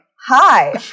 Hi